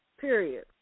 Period